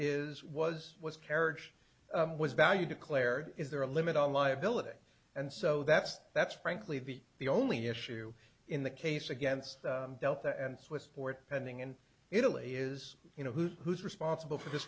is was was carriage was value declared is there a limit on liability and so that's that's frankly be the only issue in the case against delta and swiss board pending in italy is you know who's who's responsible for this